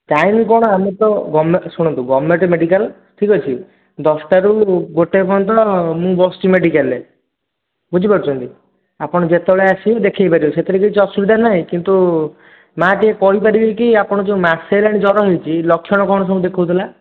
time କ'ଣ ଆମେ ତ ଗଭର୍ଣ୍ଣମେଣ୍ଟ୍ ଶୁଣନ୍ତୁ ଗଭର୍ଣ୍ଣମେଣ୍ଟ୍ ମେଡ଼ିକାଲ୍ ଠିକ୍ ଅଛି ଦଶଟାରୁ ଗୋଟେ ପର୍ଯ୍ୟନ୍ତ ମୁଁ ବସୁଛି ମେଡ଼ିକାଲ୍ରେ ବୁଝିପାରୁଛନ୍ତି ଆପଣ ଯେତେବେଳେ ଆସିବେ ଦେଖାଇ ପାରିବେ ସେଥିରେ କିଛି ଅସୁବିଧା ନାହିଁ କିନ୍ତୁ ମା' ଟିକେ କହିପାରିବେ କି ଆପଣ ଯେଉଁ ମାସେ ହେଲାଣି ଜ୍ଵର ହୋଇଛି ଲକ୍ଷଣ କ'ଣ ସବୁ ଦେଖାଉଥିଲା